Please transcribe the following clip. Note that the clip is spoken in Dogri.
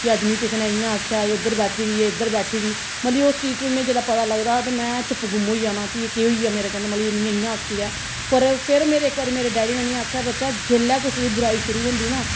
अज्ज मिगी कुसे ने इयां आखेआ अज्ज इद्धर बेठी दी ऐ अज्ज उद्धर बैठी दी ऐ मतलब उस चीज दा हून जिसले मिगी पता लगदा ते में चुप गुम होई जाना कि केह् होई गेआ मेरे कन्नै कि मिगी इनें इयां आक्खी ओड़ेआ पर फिर मेरे इक वारी मेरे डैडी ने मिगी आखेआ बच्चा जिसलै कुसै दी बुराई शुरु होंदी ना